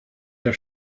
der